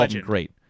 Great